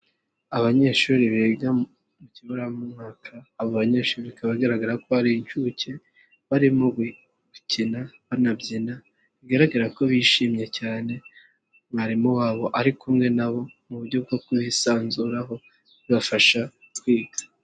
Abanyeshuri biga mu kiburamwaka, aba banyeshuri bikaba bagaragara ko ari inshuke, barimo gukina, banabyina bigaragara ko bishimiyemye cyane, mwarimu wabo ari kumwe nabo mu buryo bwo kumwisanzuraho bibafasha kwiga.